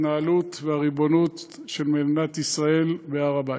ההתנהלות והריבונות של מדינת ישראל בהר הבית.